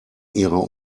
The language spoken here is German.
ihrer